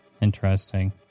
Interesting